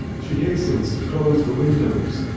she hastens to close the windows.